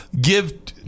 give